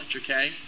okay